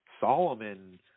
Solomon